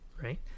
right